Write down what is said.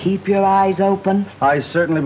keep your eyes open i certainly